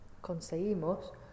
conseguimos